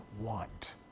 want